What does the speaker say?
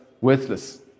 worthless